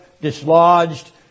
dislodged